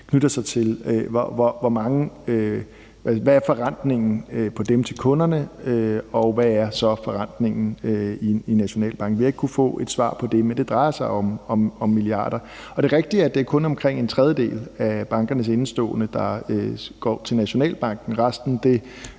knytter sig til, altså hvad forrentningen er på den til kunderne, og hvad forrentningen så er i Nationalbanken. Vi har ikke kunnet få et svar på det, men det drejer sig om milliarder. Og det er rigtigt, at det kun er en tredjedel af bankernes indeståender, der går til Nationalbanken; resten